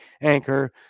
Anchor